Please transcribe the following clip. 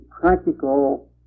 practical